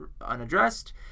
unaddressed